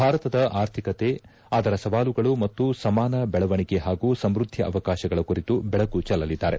ಭಾರತದ ಆರ್ಥಿಕತೆ ಅದರ ಸವಾಲುಗಳು ಮತ್ತು ಸಮಾನ ಬೆಳವಣಿಗೆ ಹಾಗೂ ಸಮೃದ್ದಿ ಅವಕಾಶಗಳ ಕುರಿತು ಬೆಳಕು ಚೆಲ್ಲಲಿದ್ದಾರೆ